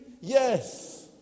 Yes